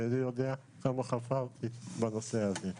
ו --- יודע כמה חפרתי בנושא הזה.